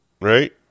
Right